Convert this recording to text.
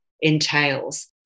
entails